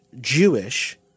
Jewish